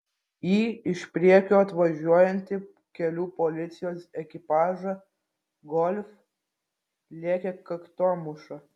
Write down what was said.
į iš priekio atvažiuojantį kelių policijos ekipažą golf lėkė kaktomuša